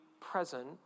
present